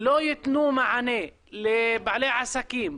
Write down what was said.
לא יתנו מענה לבעלי עסקים,